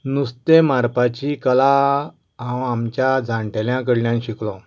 नुस्तें मारपाची कला हांव आमच्या जाणटेल्या कडल्यान शिकलो